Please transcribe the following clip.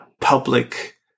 public